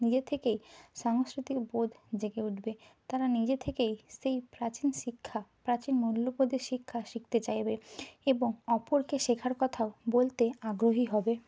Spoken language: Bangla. নিজের থেকেই সাংস্কৃতিক বোধ জেগে উঠবে তারা নিজে থেকেই সেই প্রাচীন শিক্ষা প্রাচীন মূল্যবোধের শিক্ষা শিখতে চাইবে এবং অপরকে শেখার কথাও বলতে আগ্রহী হবে